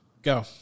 Go